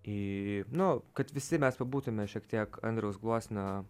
į nu kad visi mes pabūtume šiek tiek andriaus gluosnio